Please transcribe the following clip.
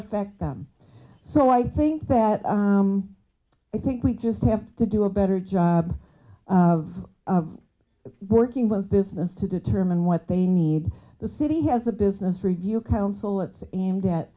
affect them so i think that i think we just have to do a better job of working with business to determine what they need the city has the business review council it's aimed at